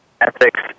ethics